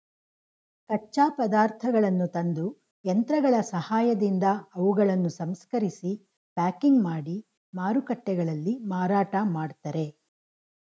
ಕಚ್ಚಾ ಪದಾರ್ಥಗಳನ್ನು ತಂದು, ಯಂತ್ರಗಳ ಸಹಾಯದಿಂದ ಅವುಗಳನ್ನು ಸಂಸ್ಕರಿಸಿ ಪ್ಯಾಕಿಂಗ್ ಮಾಡಿ ಮಾರುಕಟ್ಟೆಗಳಲ್ಲಿ ಮಾರಾಟ ಮಾಡ್ತರೆ